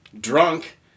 drunk